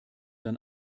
dann